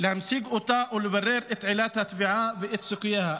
להמשיג אותה או לברר את עילת התביעה ואת סוגיה.